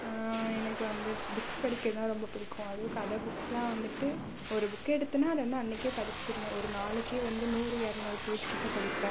எனக்கு வந்து புக்ஸ் படிக்க தான் ரொம்ப பிடிக்கும் அதுவும் கதை புக்ஸ்லாம் வந்துட்டு ஒரு புக் எடுத்தேன்னால் அதை வந்து அன்றைக்கே படித்திடணும் ஒரு நாளைக்கே வந்து நூறு இரநூறு பேஜ்கிட்ட படிப்பேன்